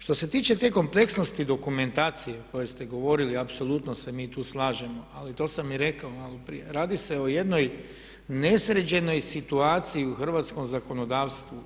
Što se tiče te kompleksnosti dokumentacije koje ste govorili apsolutno se mi tu slažemo, ali to sam i rekao maloprije radi se o jednoj nesređenoj situaciji u hrvatskom zakonodavstvu.